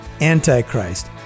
Antichrist